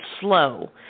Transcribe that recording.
slow